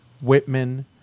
Whitman